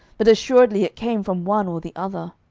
but assuredly it came from one or the other.